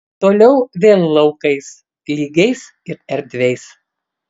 toliau vėl laukais lygiais ir erdviais